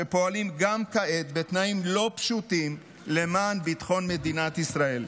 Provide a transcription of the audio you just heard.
שפועלים גם כעת בתנאים לא פשוטים למען ביטחון מדינת ישראל.